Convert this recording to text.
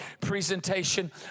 presentation